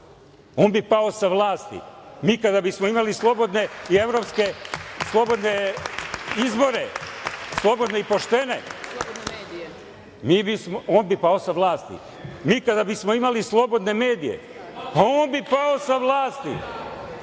on bi pao sa vlasti. Mi kada bismo imali slobodne izbore, slobodne i poštene, on bi pao sa vlasti. Mi kada bismo imali slobodne medije, on bi pao sa vlasti.